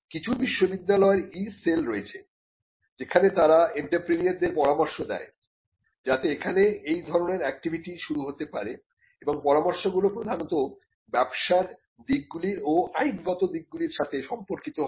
কিছু বিশ্ববিদ্যালয়ের E cell রয়েছে যেখানে তারা এন্ত্রেপ্রেনিউরদের পরামর্শ দেয় যাতে এখানে এই ধরনের অ্যাক্টিভিটি শুরু হতে পারে এবং পরামর্শগুলো প্রধানত ব্যবসার দিকগুলির ও আইনগত দিকগুলির সাথে সম্পর্কিত হয়